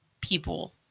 people